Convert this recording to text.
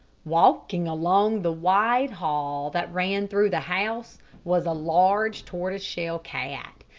walking along the wide hall that ran through the house was a large tortoise-shell cat.